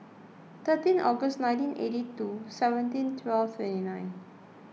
thirteen August nineteen eighty two seventeen twelve twenty nine